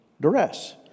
duress